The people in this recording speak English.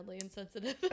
insensitive